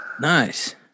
Nice